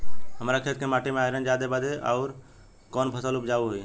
हमरा खेत के माटी मे आयरन जादे बा आउर कौन फसल उपजाऊ होइ?